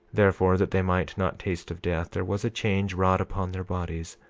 therefore, that they might not taste of death there was a change wrought upon their bodies,